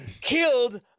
killed